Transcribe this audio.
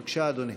בבקשה, אדוני.